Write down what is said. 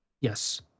Yes